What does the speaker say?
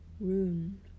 rune